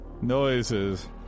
noises